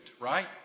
right